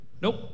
Nope